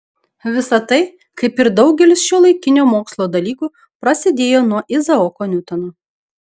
visa tai kaip ir daugelis šiuolaikinio mokslo dalykų prasidėjo nuo izaoko niutono